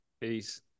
peace